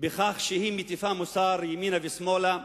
בכך שהיא מטיפה מוסר ימינה ושמאלה.